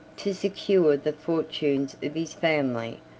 to secure the fortunes of his family,